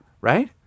Right